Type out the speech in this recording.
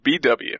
BW